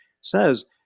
says